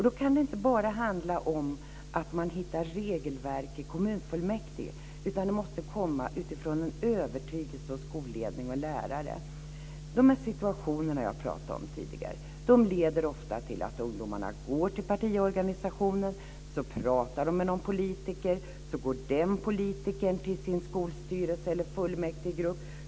Då kan det inte bara handla om att man hittar regelverk i kommunfullmäktige, utan det måste komma av en övertygelse från skolledning och lärare. De situationer jag pratade om tidigare leder ofta till att ungdomarna går till partiorganisationer. Så pratar de med någon politiker. Så går den politikern till sin skolstyrelse eller fullmäktigegrupp.